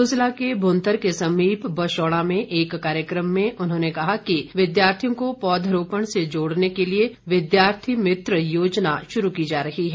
कुल्लू जिला के भुंतर के समीप बशौणा में एक कार्यक्रम में उन्होंने कहा कि विद्यार्थियों को पौधरोपण से जोड़ने के लिए विद्यार्थी मित्र योजना शुरू की जा रही है